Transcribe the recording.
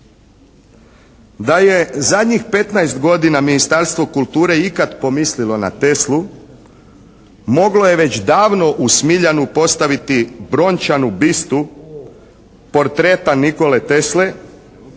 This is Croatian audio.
Da je zadnjih 15 godina Ministarstvo kulture ikad pomislilo na Teslu moglo je već davno u Smiljanu postaviti brončanu bistu portreta Nikole Tesle